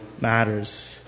matters